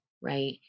right